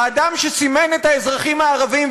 האדם שסימן את האזרחים הערבים,